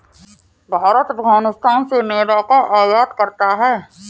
भारत अफगानिस्तान से मेवा का आयात करता है